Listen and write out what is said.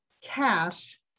cash